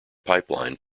pipeline